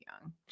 young